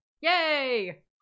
Yay